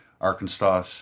Arkansas